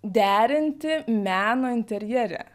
derinti meno interjere